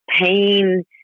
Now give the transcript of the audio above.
pain